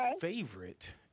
favorite